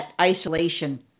isolation